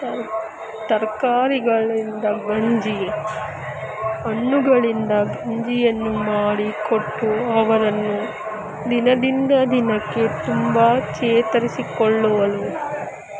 ತರ ತರಕಾರಿಗಳಿಂದ ಗಂಜಿ ಹಣ್ಣುಗಳಿಂದ ಗಂಜಿಯನ್ನು ಮಾಡಿಕೊಟ್ಟು ಅವರನ್ನು ದಿನದಿಂದ ದಿನಕ್ಕೆ ತುಂಬ ಚೇತರಿಸಿಕೊಳ್ಳುವರು